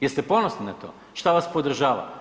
Jeste ponosni na to šta vas podržava?